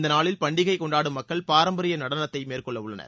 இந்த நாளில் பண்டிகை கொண்டாடும் மக்கள் பாரம்பரிய நடனத்தை மேற்கொள்ளவுள்ளனர்